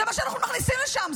זה מה שאנחנו מכניסים לשם.